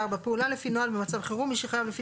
פעולה לפי נוהל במצב חירום 24. מי שחייב לפי